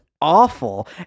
awful